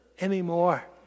anymore